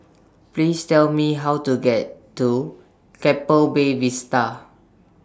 Please Tell Me How to get to Keppel Bay Vista